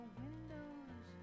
windows